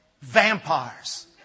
vampires